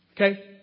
Okay